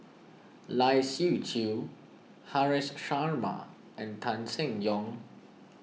Lai Siu Chiu Haresh Sharma and Tan Seng Yong